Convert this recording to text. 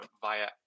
via